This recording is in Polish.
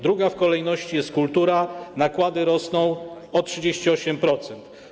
Druga w kolejności jest kultura, nakłady rosną o 38%.